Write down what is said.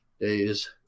days